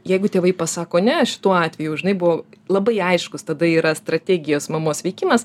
jeigu tėvai pasako ne šituo atveju jau žinai buvo labai aiškus tada yra strategijos mamos veikimas